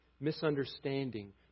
misunderstanding